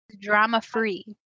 Drama-free